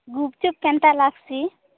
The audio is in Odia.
ଗୁପ୍ଚୁପ୍ କେନ୍ତା ଲାଗ୍ସି